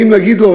האם נגיד לו,